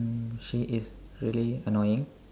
she is really annoying